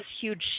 huge